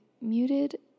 muted